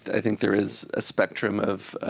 i think there is a spectrum of